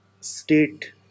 state